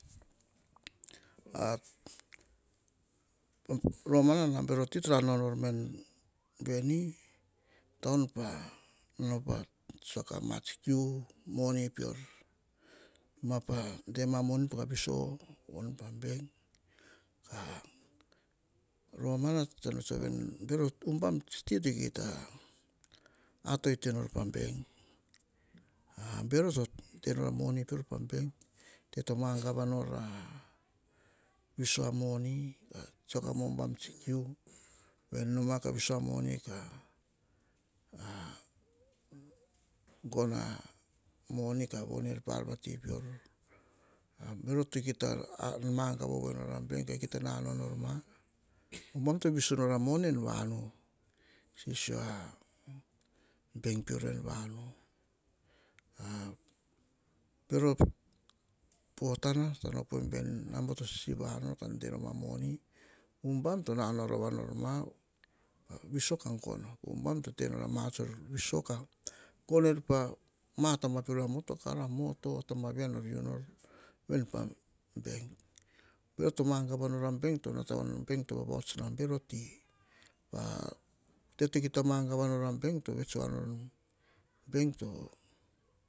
Romana bero ti to, nanao nor mar veni taun, pa tsiako ma tsi kiu moni oeor de ma moni ka viso pa buak. Ka romana tsom vets voa veni ubam tsi ti to kita o tau itai nor pa bank bero to taior a moni peor pa bank te to magava nor a viso a moni, tsiako a ubam tsi kiu veu noma ka viso a moni ka gono a moni, ka von pa ar vati peor. Bero to kita magana nor a bank ka kita nao ma ubam to viviso nor a monik ean vamu, sisio a bank peor bero pota tsam op voa em veni ubam to nanao rova nor ma pa viso ka gono po ubam to tenor a ma ar tsor viso ka gono, pa ar peor, gono er pa motokar, moto, tabauia nor u nor ven pa bank. Bero to magava nor bank, to nata voa nor veni bank to vavahots bero ti te to nata magava nor a band, to vets voa nor veni, a bank to.